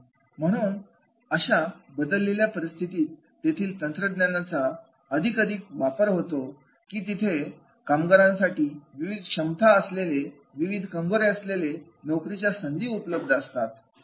म्हणून अशा बदललेल्या परिस्थितीत तेथील तंत्रज्ञानाचा अधिकाधिक वापर होतो की तिथे कामगारांसाठी विविध क्षमता असलेले विविध कंगोरे असलेल्या नोकरीच्या संधी उपलब्ध असतील